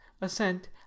assent